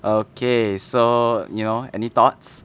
okay so you know any thoughts